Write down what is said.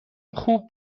خوب